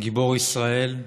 גיבור ישראל,